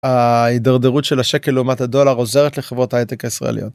ההידרדרות של השקל לעומת הדולר עוזרת לחברות הייטק הישראליות.